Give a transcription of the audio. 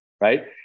Right